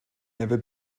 never